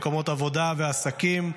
מקומות עבודה ועסקים,